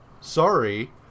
sorry